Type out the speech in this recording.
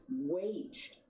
wait